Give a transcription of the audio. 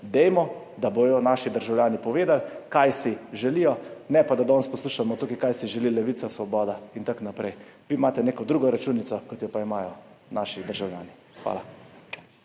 za to, da bodo naši državljani povedali, kaj si želijo, ne pa da danes tukaj poslušamo, kaj si želita Levica, Svoboda in tako naprej. Vi imate neko drugo računico, kot jo imajo naši državljani. Hvala.